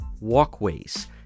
walkways